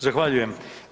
Zahvaljujem.